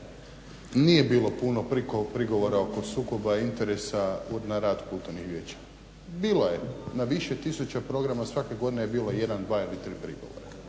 Nije bilo puno prigovora oko sukoba interesa na rad kulturnih vijeća. Bilo je na više tisuća programa svake godine je bilo jedan, dva ili tri prigovora.